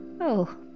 Oh